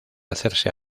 hacerse